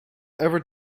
ever